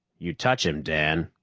you touch him, dan,